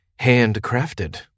handcrafted